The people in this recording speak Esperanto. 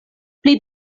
pli